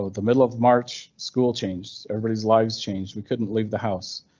so the middle of march school changed everybody's lives changed. we couldn't leave the house.